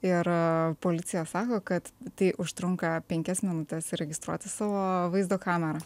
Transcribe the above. ir policija sako kad tai užtrunka penkias minutes įregistruoti savo vaizdo kamerą